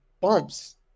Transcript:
bumps